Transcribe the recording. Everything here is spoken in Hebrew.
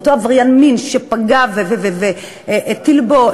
ואותו עבריין מין שפגע והטיל בו,